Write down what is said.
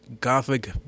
gothic